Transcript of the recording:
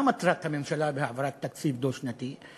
מה מטרת הממשלה בהעברת תקציב דו-שנתי?